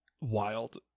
wild